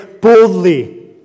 boldly